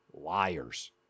liars